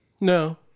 No